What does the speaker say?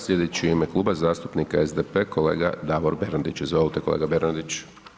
Slijedeći je u ime kluba zastupnika SDP-a kolega Davor Bernardić, izvolite kolega Bernardić.